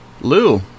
Lou